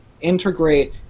integrate